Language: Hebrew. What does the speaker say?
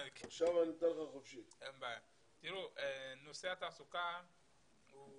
נושא התעסוקה הוא